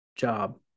job